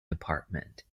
department